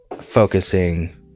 focusing